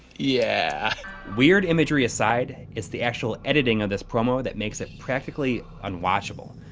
yeah weird imagery aside, it's the actual editing of this promo that makes it practically unwatchable.